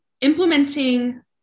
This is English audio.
implementing